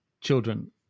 children